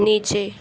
नीचे